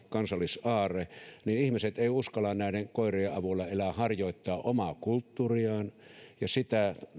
kansallisaarre suomenpystykorva niin ihmiset eivät uskalla näiden koirien avulla enää harjoittaa omaa kulttuuriaan ja sitä